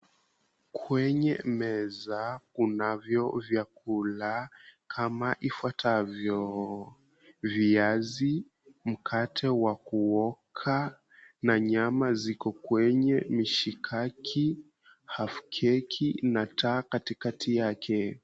Kwenye meza kunavyo vyakula kama ifuatavyo; viazi, mkate wa kuoka na nyama ziko kwenye mishikaki halfkeki na taa katikati yake.